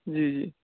جی جی